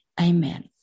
Amen